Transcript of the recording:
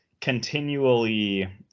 continually